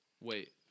Wait